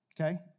okay